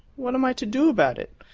what am i to do about it?